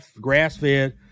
grass-fed